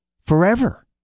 Forever